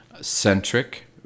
centric